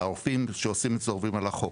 והרופאים שעושים את זה עוברים על החוק.